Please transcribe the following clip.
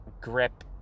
grip